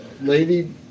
lady